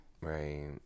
right